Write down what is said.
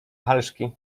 halszki